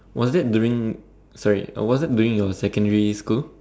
was it during sorry was it during your secondary school